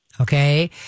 Okay